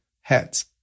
heads